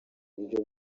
uburyo